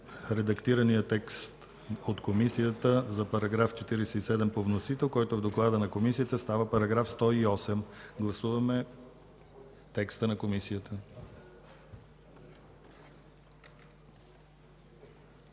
редактирания текст от Комисията за § 47 по вносител, който в доклада на Комисията става § 108. Моля, гласувайте текста на Комисията.